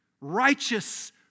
righteous